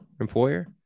employer